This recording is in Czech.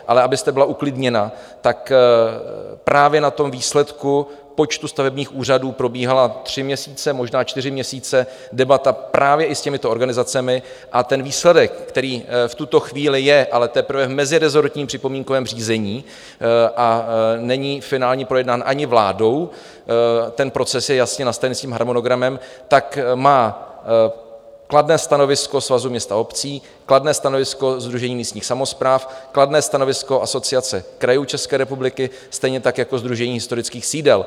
Ale abyste byla uklidněna, právě na výsledku počtu stavebních úřadů probíhala tři měsíce, možná čtyři měsíce debata právě i s těmito organizacemi a výsledek, který v tuto chvíli je ale teprve v mezirezortním připomínkovém řízení a není finálně projednán ani vládou, ten proces je jasně nastaven s harmonogramem, má kladné stanovisko Svazu měst a obcí, kladné stanovisko Sdružení místních samospráv, kladné stanovisko Asociace krajů České republiky, stejně tak jako Sdružení historických sídel.